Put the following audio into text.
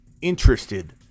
interested